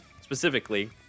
specifically